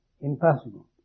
Impossible